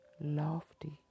lofty